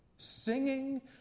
singing